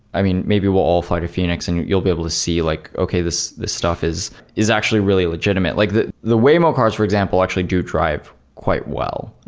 i mean, maybe we'll all fly to phoenix and you'll you'll be able to see like okay, this this stuff is is actually really legitimate. like the the waymo cars for example, actually do drive quite well.